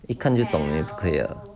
一看就懂你也不可以了